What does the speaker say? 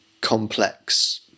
complex